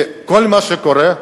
כי כל מה שקורה,